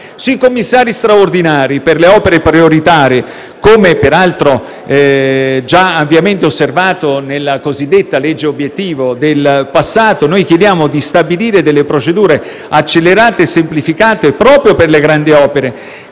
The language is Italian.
Sui commissari straordinari per le opere prioritarie, come peraltro già osservato nella cosiddetta legge obiettivo del passato, chiediamo di stabilire delle procedure accelerate e semplificate proprio per le grandi opere